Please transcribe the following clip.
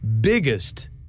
biggest